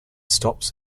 stops